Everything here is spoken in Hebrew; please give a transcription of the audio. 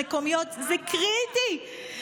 זה קריטי.